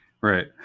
Right